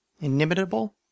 Inimitable